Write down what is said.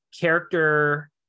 character